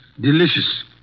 Delicious